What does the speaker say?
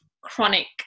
chronic